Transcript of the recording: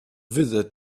wizard